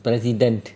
president